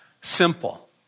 Simple